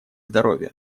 здоровья